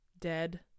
dead